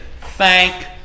thank